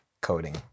coding